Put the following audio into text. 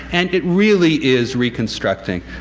and it really is reconstructing,